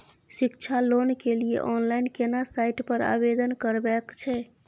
शिक्षा लोन के लिए ऑनलाइन केना साइट पर आवेदन करबैक छै?